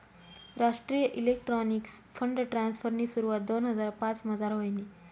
राष्ट्रीय electronics fund ट्रान्स्फरनी सुरवात दोन हजार पाचमझार व्हयनी